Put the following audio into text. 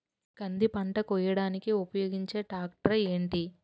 కంది పంట కోయడానికి ఉపయోగించే ట్రాక్టర్ ఏంటి?